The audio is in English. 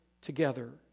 together